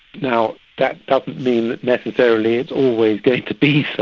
now that doesn't mean that necessarily it's always going to be so.